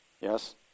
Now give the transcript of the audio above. Yes